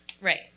Right